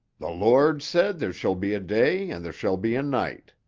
the lord said there shall be a day and there shall be a night.